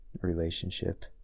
relationship